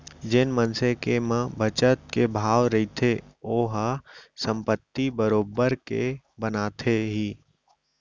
जेन मनसे के म बचत के भाव रहिथे ओहा संपत्ति बरोबर के बनाथे ही